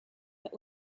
that